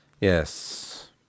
Yes